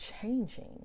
changing